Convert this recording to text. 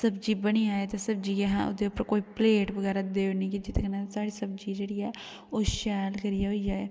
सब्ज़ी बनी जाये ते ओह्दे उप्पर कोई प्लेट बगैरा देई ओड़नी जेह्दे नै साढ़ी सब्ज़ी जेह्ड़ी ऐ ओह् शैल करियै होई जाये